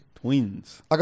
Twins